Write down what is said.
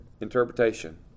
interpretation